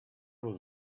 was